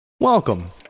Welcome